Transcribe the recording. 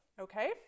okay